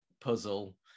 puzzle